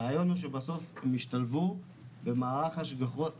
הרעיון הוא שבסוף הם השתלבו במערך השגחות אחר,